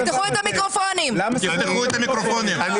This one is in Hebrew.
תפתחו את המיקרופונים, מה זה הדבר הזה?